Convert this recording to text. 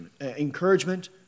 encouragement